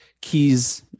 keys